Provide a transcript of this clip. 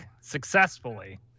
successfully